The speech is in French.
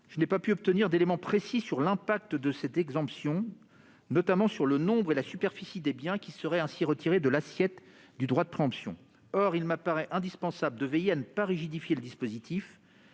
n'a pu obtenir d'éléments précis sur l'impact de cette exemption, notamment sur le nombre et la superficie des biens qui seraient ainsi retirés de l'assiette du droit de préemption. Or il paraît indispensable de veiller à ne pas rigidifier le dispositif.